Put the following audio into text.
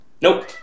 Nope